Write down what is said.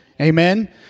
Amen